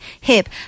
Hip